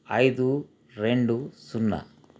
ఐదు రెండు సున్నా